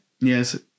Yes